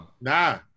Nah